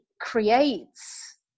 creates